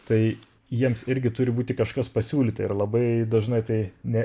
tai jiems irgi turi būti kažkas pasiūlyta ir labai dažnai tai ne